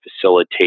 facilitate